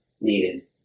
needed